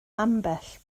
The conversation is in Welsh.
ambell